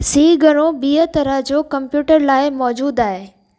C घणो बिए तरह जो कंप्यूटरनि लाइ मौजूदु आहे